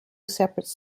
separate